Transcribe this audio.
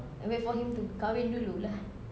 then wait for him to kahwin dulu lah